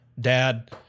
dad